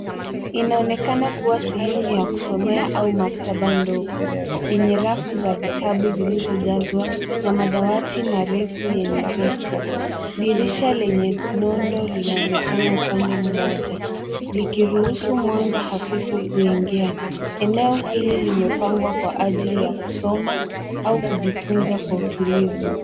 Inaonekana kuwa sehemu ya kusomea au maktaba ndogo, yenye rafu za vitabu zilizojazwa na madawati marefu yenye viti. Dirisha lenye nondo linaonekana upande mmoja, likiruhusu mwanga hafifu kuingia. Eneo hili limepangwa kwa ajili ya kusoma au kujifuza kwa utulivu.